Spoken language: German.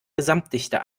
gesamtdichte